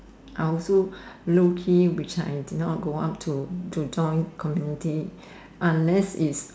I also low key wish I did not go up to to join the community unless it's